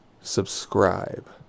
subscribe